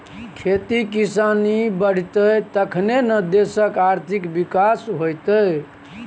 खेती किसानी बढ़ितै तखने न देशक आर्थिक विकास हेतेय